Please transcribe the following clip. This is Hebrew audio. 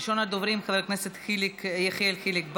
ראשון הדוברים, חבר הכנסת יחיאל חיליק בר.